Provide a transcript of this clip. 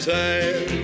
time